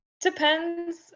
Depends